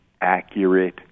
accurate